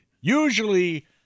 Usually